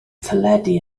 teledu